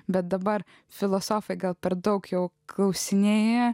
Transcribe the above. bet dabar filosofai gal per daug jau klausinėja